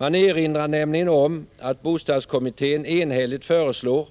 Man erinrar nämligen om att bostadskommittén enhälligt föreslår